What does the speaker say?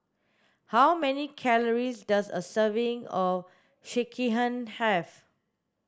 how many calories does a serving of Sekihan have